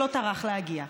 שלא טרח להגיע,